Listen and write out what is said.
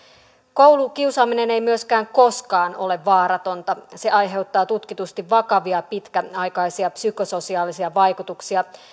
koulukiusaaminen ei myöskään koskaan ole vaaratonta se aiheuttaa tutkitusti vakavia pitkäaikaisia psykososiaalisia vaikutuksia